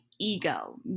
ego